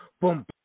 boom